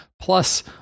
plus